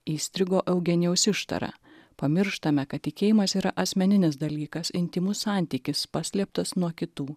įstrigo eugenijaus ištara pamirštame kad tikėjimas yra asmeninis dalykas intymus santykis paslėptas nuo kitų